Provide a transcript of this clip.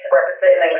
representing